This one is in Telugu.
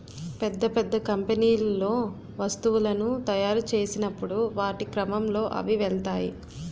పెద్ద పెద్ద కంపెనీల్లో వస్తువులను తాయురు చేసినప్పుడు వాటి క్రమంలో అవి వెళ్తాయి